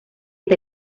dit